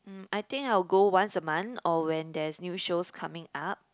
mm I think I'll go once a month or when there's new shows coming up